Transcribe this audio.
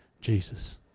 Jesus